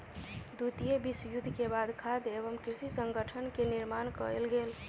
द्वितीय विश्व युद्ध के बाद खाद्य एवं कृषि संगठन के निर्माण कयल गेल